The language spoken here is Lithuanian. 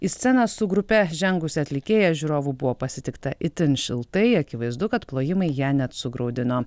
į sceną su grupe žengusi atlikėja žiūrovų buvo pasitikta itin šiltai akivaizdu kad plojimai ją net sugraudino